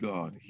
God